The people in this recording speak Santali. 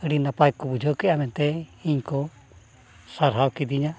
ᱟᱹᱰᱤ ᱱᱟᱯᱟᱭ ᱠᱚ ᱵᱩᱡᱷᱟᱹᱣ ᱠᱮᱜᱼᱟ ᱢᱮᱱᱛᱮ ᱤᱧᱠᱚ ᱥᱟᱨᱦᱟᱣ ᱠᱤᱫᱤᱧᱟ